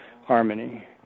harmony